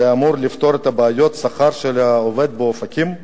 זה אמור לפתור את בעיית השכר של עובד באופקים?